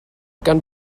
gan